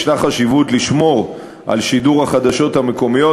יש חשיבות לשמור על שידור החדשות המקומיות,